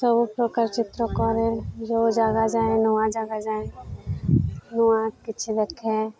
ସବୁ ପ୍ରକାର ଚିତ୍ର କରେ ଯେଉଁ ଜାଗା ଯାଏ ନୂଆଁ ଜାଗା ଯାଏଁ ନୂଆ କିଛି ଦେଖେ